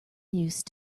used